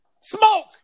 smoke